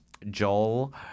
Joel